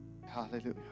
Hallelujah